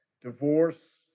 divorce